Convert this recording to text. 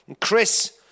Chris